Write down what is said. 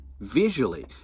Visually